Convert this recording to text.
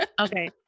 Okay